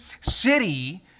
city